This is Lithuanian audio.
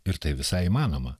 ir tai visai įmanoma